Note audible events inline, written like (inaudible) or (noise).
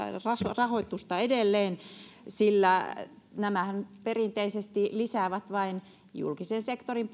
rahoitusta edelleen sillä nämä palkkatuethan perinteisesti lisäävät vain julkisen sektorin (unintelligible)